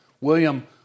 William